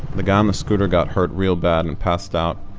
the guy on the scooter got hurt real bad and passed out,